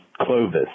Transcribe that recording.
Clovis